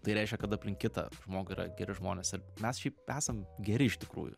tai reiškia kad aplink kitą žmogų yra geri žmonės ir mes šiaip esam geri iš tikrųjų